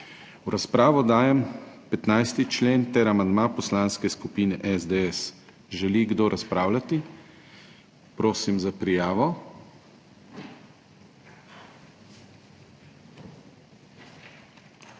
V razpravo dajem 15. člen ter amandma Poslanske skupine SDS. Želi kdo razpravljati? (Da.) Prosim za prijavo.